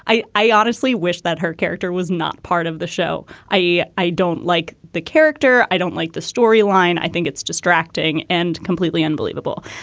i i honestly wish that her character was not part of the show. i i don't like the character. i don't like the storyline. i think it's distracting and completely unbelievable.